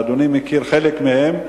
ואדוני מכיר חלק מהם,